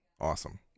awesome